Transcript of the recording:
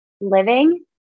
living